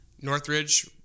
Northridge